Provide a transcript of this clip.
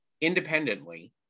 independently